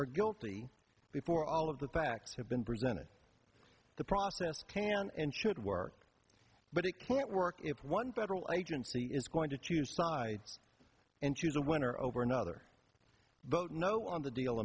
or guilty before all of the facts have been presented the process can and should work but it can't work if one federal agency is going to choose sides and choose a winner over another vote no